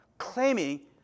claiming